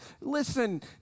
Listen